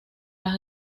las